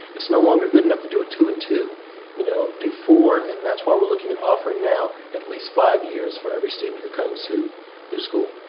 it's no longer good enough to do a two and two. you know do four and that's why we're looking at offering now at least five years for every student who comes through school.